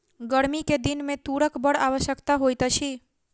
गर्मी के दिन में तूरक बड़ आवश्यकता होइत अछि